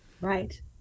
Right